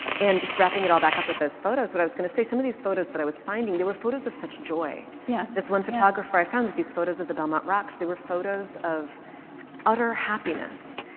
and just wrapping it all back up with those photos, what i was going to say, some of these photos that i was finding, there were photos of such joy. yeah this one photographer i found these photos of the belmont rocks, there were photos of utter happiness.